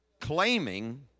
claiming